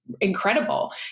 incredible